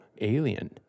alien